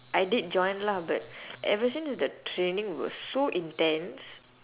I did join lah but ever since the training was so intense